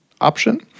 option